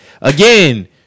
again